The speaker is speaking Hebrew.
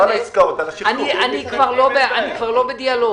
אני כבר לא בדיאלוג.